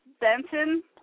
Benton